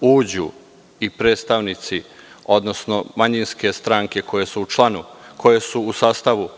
uđu i predstavnici, odnosno manjinske stranke, koje su u sastavu